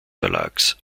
verlags